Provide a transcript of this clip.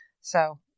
So-